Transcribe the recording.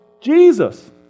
Jesus